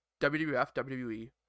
WWE